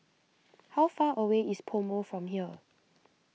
how far away is PoMo from here